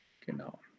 Genau